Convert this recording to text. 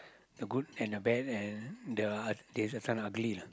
the good and the bad and the there's uh this some ugly lah